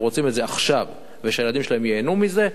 הם רוצים את זה עכשיו, ושהילדים שלהם ייהנו מזה,